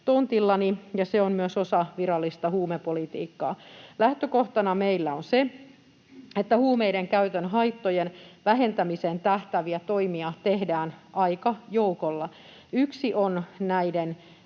tontillani ja se on myös osa virallista huumepolitiikkaa. Lähtökohtana meillä on se, että huumeiden käytön haittojen vähentämiseen tähtääviä toimia tehdään aika joukolla. Yksi on ruiskujen